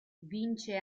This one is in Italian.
vince